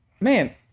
man